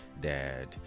dad